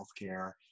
healthcare